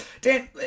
Dan